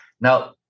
Now